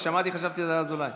שמעתי וחשבתי שזה אזולאי.